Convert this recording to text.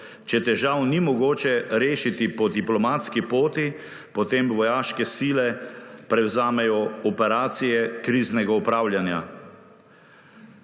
Če težav ni mogoče rešiti po diplomatski poti, potem vojaške sile prevzamejo operacije kriznega upravljanja.